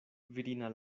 virina